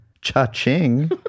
Cha-ching